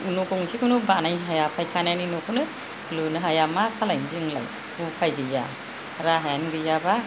न' गंसेखौनो बानायनो हाया फायखानानि न'खौनो लुनो हाया मा खालायनो जोंलाय उफाय गैया राहायानो गैयाबा